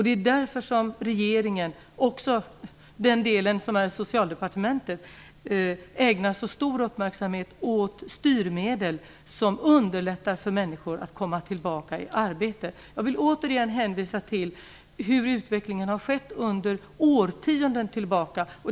Det är därför regeringen och i den del som handläggs av Socialdepartementet ägnar så stor uppmärksamhet åt styrmedel som underlättar för människor att komma tillbaka i arbete. Jag vill återigen hänvisa till den utveckling som har varit under årtionden tillbaka.